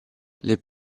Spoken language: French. les